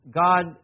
God